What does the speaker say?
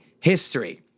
history